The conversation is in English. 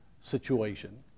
situation